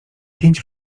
pięć